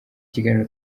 ikiganiro